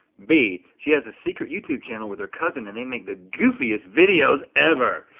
b she has a secret youtube channel with her cousin and they make the goofiest videos ever.